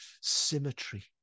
symmetry